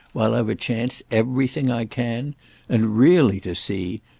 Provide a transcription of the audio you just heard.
while i've a chance, everything i can and really to see,